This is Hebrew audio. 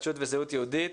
התחדשות וזהות יהודית.